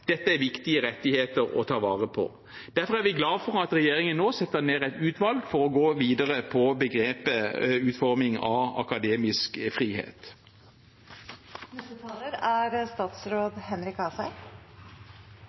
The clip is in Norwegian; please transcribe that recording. Dette er viktige rettigheter å ta vare på. Derfor er vi glade for at regjeringen nå setter ned et utvalg for å gå videre på begrepet «utforming av akademisk frihet». Fagskoler, høyskoler og universiteter er